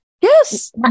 Yes